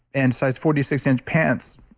and size forty six inch pants.